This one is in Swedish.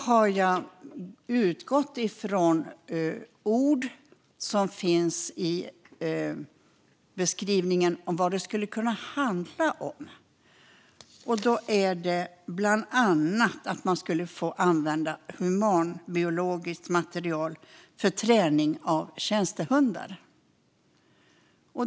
Jag har utgått från ord som finns i beskrivningen av vad det skulle kunna handla om. Det står bland annat att man skulle få använda humanbiologiskt material för träning av tjänstehundar.